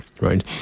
right